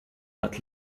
but